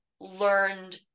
learned